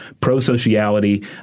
pro-sociality